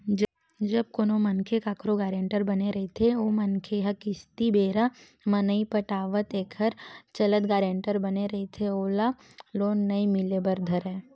जब कोनो मनखे कखरो गारेंटर बने रहिथे ओ मनखे ह किस्ती बेरा म नइ पटावय एखर चलत गारेंटर बने रहिथे ओला लोन नइ मिले बर धरय